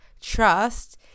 trust